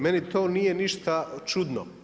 Meni to nije ništa čudno.